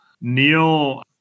Neil